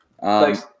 Thanks